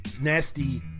nasty